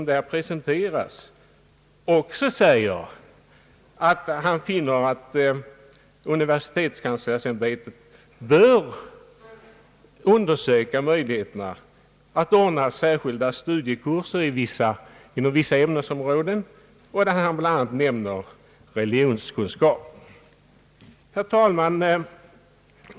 Därutöver säger departementschefen att han finner att universitetskanslersämbetet bör undersöka möjligheterna att anordna särskilda studiekurser inom vissa ämnesområden, bl.a. religionskunskap. Herr talman!